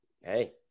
Hey